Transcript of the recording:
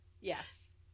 Yes